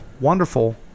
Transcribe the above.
wonderful